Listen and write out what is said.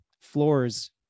floors